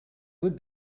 would